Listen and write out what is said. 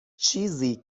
چیزی